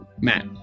Matt